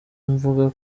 mvuga